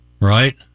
right